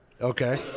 Okay